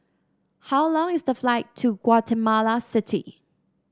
how long is the flight to Guatemala City